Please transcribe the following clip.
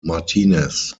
martinez